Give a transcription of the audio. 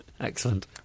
Excellent